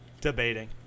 debating